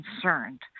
concerned